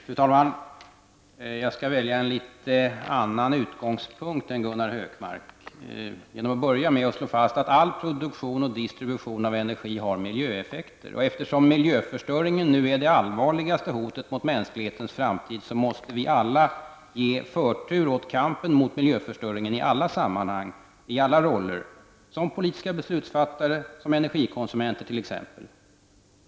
Fru talman! Jag skall välja en i viss mån annan utgångspunkt än Gunnar Hökmark genom att börja med att slå fast att all distribution av energi har miljöeffekter. Eftersom miljöförstöringen nu är det allvarligaste hotet mot mänsklighetens framtid, måste vi alla ge förtur åt kampen mot miljöförstöringen i alla sammanhang och i alla roller -- som politiska beslutsfattare, som energikonsumenter, t.ex.